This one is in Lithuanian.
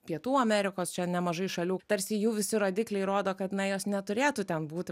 pietų amerikos čia nemažai šalių tarsi jų visi rodikliai rodo kad na jos neturėtų ten būti